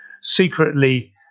secretly